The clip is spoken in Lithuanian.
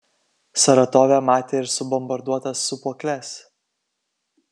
saratove matė ir subombarduotas sūpuokles